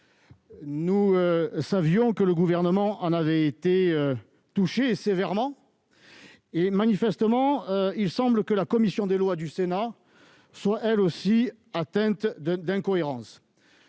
Nous savions que le Gouvernement en avait été touché sévèrement et, manifestement, il semble que la commission des lois du Sénat est elle aussi atteinte. Peut-être